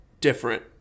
different